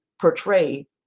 portray